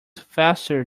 faster